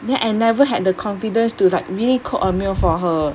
then I never had the confidence to like really cook a meal for her